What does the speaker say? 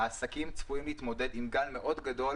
העסקים צפויים להתמודד עם גל מאוד גדול